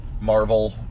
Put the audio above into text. Marvel